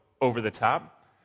over-the-top